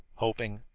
hoping.